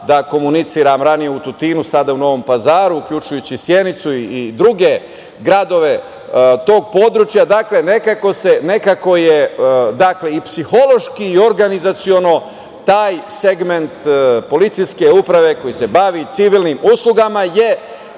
da komuniciram, ranije u Tutinu, a sada u Novom Pazaru, uključujući Sjenicu i druge gradove tog područja, nekako je i psihološki i organizaciono taj segment policijske uprave koji se bavi civilnim uslugama je